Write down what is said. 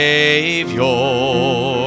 Savior